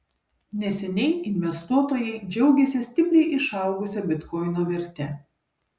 neseniai investuotojai džiaugėsi stipriai išaugusia bitkoino verte